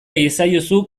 iezaiozu